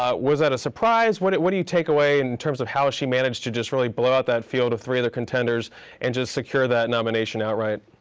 ah was that a surprise? what do what do you take away in terms of how she managed to just really blow out that field of three other contenders and just secure that nomination outright?